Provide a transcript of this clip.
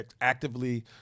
actively